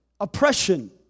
oppression